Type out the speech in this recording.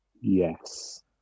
Yes